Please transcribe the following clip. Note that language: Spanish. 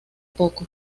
poco